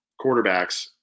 quarterbacks